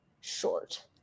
short